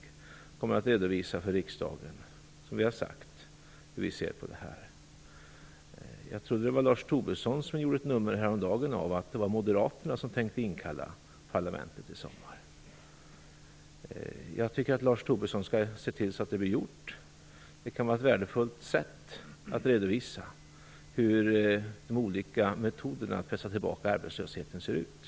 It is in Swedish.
Vi kommer, som vi har sagt, att redovisa för riksdagen hur vi ser på det här. Jag trodde att det var Lars Tobisson som häromdagen gjorde ett nummer av att det var Moderaterna som tänkte inkalla parlamentet i sommar. Jag tycker att Lars Tobisson skall se till att det blir gjort. Det kan vara ett värdefullt sätt att redovisa hur de olika metoderna för att pressa tillbaka arbetslösheten ser ut.